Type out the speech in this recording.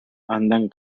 andan